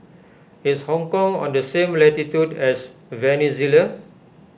is Hong Kong on the same latitude as Venezuela